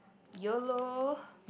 yolo